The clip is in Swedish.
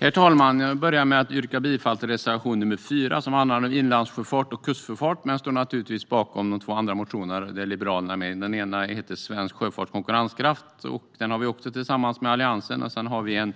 Herr talman! Jag yrkar bifall till reservation nr 3, som handlar om inlandssjöfart och kustsjöfart, men jag står givetvis bakom de två andra motioner där Liberalerna är med. Den ena handlar om svensk sjöfarts konkurrenskraft, och den har vi tillsammans med Alliansen. Den andra är